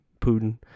Putin